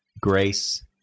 grace